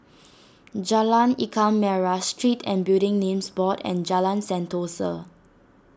Jalan Ikan Merah Street and Building Names Board and Jalan Sentosa